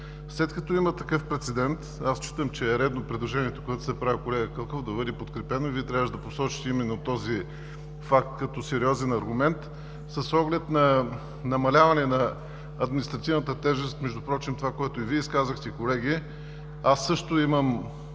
След като има такъв прецедент, аз считам, че е редно предложението, което се прави от колегата Кълков, да бъде подкрепено. Вие трябваше да посочите именно този факт като сериозен аргумент с оглед намаляване на административната тежест. Това, което и Вие изказахте, колеги от ГЕРБ, аз също имам